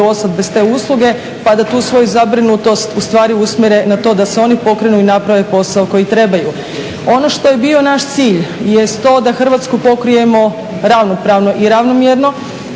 ostati bez te usluge, pa da tu svoju zabrinutost ustvari usmjere na to da se oni pokrenu i naprave posao koji trebaju. Ono što je bio naš cilj, jest to da Hrvatsku pokrijemo ravnopravno i ravnomjerno.